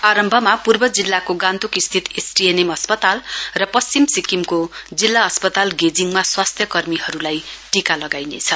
आरम्भमा पूर्व जिल्लाको गान्तोक स्थित एसटिएनएम अस्पताल र पश्चिम सिक्किमको जिल्ला अस्पताल गेजिङमा स्वास्थ्य कर्मीहरूलाई टीका लगाइनेछ